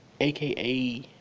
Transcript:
aka